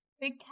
big